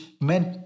meant